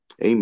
Amen